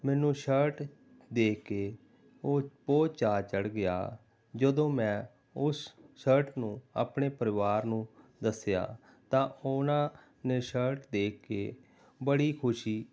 ਮੈਨੂੰ ਸ਼ਰਟ ਦੇਖ ਕੇ ਓ ਬਹੁਤ ਚਾਅ ਚੜ ਗਿਆ ਜਦੋਂ ਮੈਂ ਉਸ ਸ਼ਰਟ ਨੂੰ ਆਪਣੇ ਪਰਿਵਾਰ ਨੂੰ ਦੱਸਿਆ ਤਾਂ ਉਹਨਾਂ ਨੇ ਸ਼ਰਟ ਦੇਖ ਕੇ ਬੜੀ ਖੁਸ਼ੀ